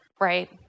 right